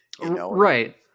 Right